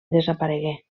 desaparegué